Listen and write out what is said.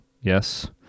Yes